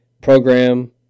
program